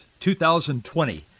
2020